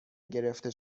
گرفته